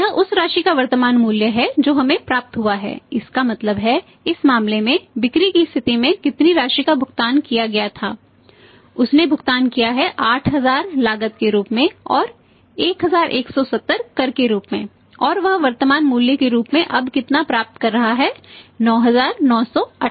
यह उस राशि का वर्तमान मूल्य है जो हमें प्राप्त हुआ है इसका मतलब है इस मामले में बिक्री की स्थिति में कितनी राशि का भुगतान किया गया था उसने भुगतान किया है 8000 लागत के रूप में और 1170 कर के रूप में और वह वर्तमान मूल्य के रूप में अब कितना प्राप्त कर रहा है 9988